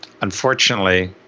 Unfortunately